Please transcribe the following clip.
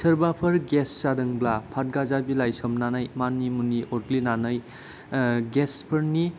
सोरबाफोर गेस जादोंब्ला फातगाजा बिलाइ सोमनानै मानिमुनि अरग्लिनानै गेसफोरनि